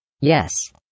Yes